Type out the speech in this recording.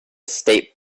state